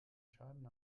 schaden